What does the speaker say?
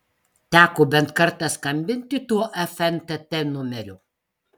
teko bent kartą skambinti tuo fntt numeriu